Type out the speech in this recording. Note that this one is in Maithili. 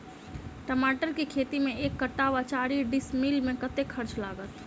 टमाटर केँ खेती मे एक कट्ठा वा चारि डीसमील मे कतेक खर्च लागत?